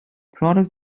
product